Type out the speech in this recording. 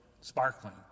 sparkling